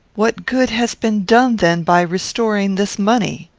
what good has been done, then, by restoring this money?